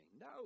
No